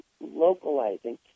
localizing